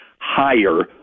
higher